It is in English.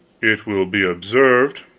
it will be observed,